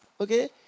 okay